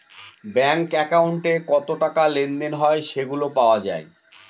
bank একাউন্টে কত টাকা লেনদেন হয় সেগুলা পাওয়া যায়